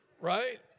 right